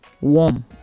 warm